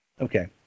Okay